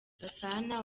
gasana